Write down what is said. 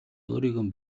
өөрийгөө